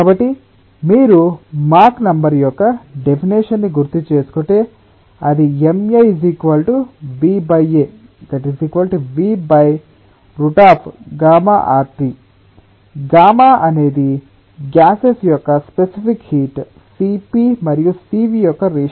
కాబట్టి మీరు Mach number యొక్క డెఫినెషన్ ని గుర్తుచేసుకుంటే అది Ma Va VγRT గామా అనేది గ్యాసెస్ యొక్క స్పేసిఫిక్ హీట్ Cp మరియు Cv యొక్క రేషియో